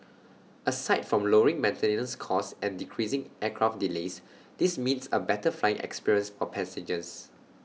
aside from lowering maintenance costs and decreasing aircraft delays this means A better flying experience or passengers